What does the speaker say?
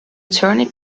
turnip